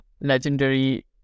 legendary